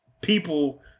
people